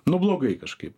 nu blogai kažkaip